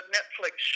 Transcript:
Netflix